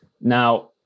Now